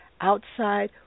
outside